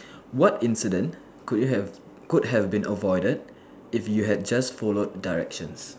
what incident could you have could have been avoided if you just followed directions